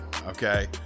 Okay